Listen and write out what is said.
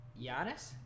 Giannis